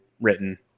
written